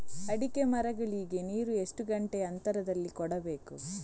ಅಡಿಕೆ ಮರಗಳಿಗೆ ನೀರು ಎಷ್ಟು ಗಂಟೆಯ ಅಂತರದಲಿ ಕೊಡಬೇಕು?